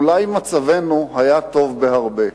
אולי מצבנו היה טוב בהרבה.